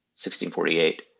1648